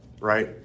right